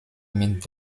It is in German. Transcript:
mit